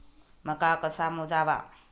मका कसा मोजावा?